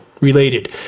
related